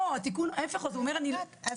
התיקון לא מספיק.